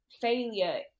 failure